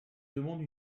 demande